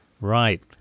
Right